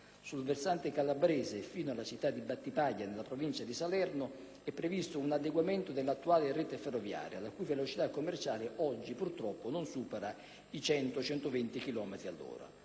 Sul versante calabrese e fino alla città di Battipaglia, in provincia di Salerno, è previsto un adeguamento dell'attuale rete ferroviaria, la cui velocità commerciale oggi, purtroppo, non supera i 100-120 chilometri all'ora.